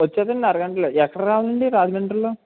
వచ్చేస్తాడు అండి అరగంటలో ఎక్కడికి రావాలి అండి రాజమండ్రిలో